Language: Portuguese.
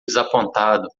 desapontado